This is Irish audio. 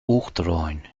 uachtaráin